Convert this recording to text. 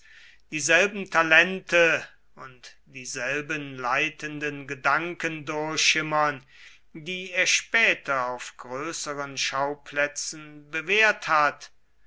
dieselben talente und dieselben leitenden gedanken durchschimmern die er später auf größeren schauplätzen bewährt hat